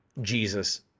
Jesus